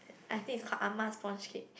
I think it's called Ah-Ma sponge cake